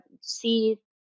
see